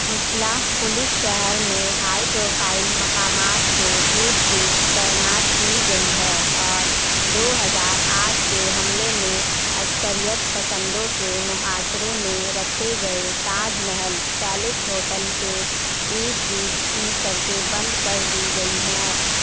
مسلح پولیس شہر میں ہائی پروفائل مقامات کے ارد گرد تعینات کی گئی ہے اور دو ہزار آٹھ کے حملے میں عسکریت پسندوں کے محاصرے میں رکھے گئے تاج محل پیلس ہوٹل کے ارد گرد کی سڑکیں بند کر دی گئی ہیں